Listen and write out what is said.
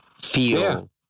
feel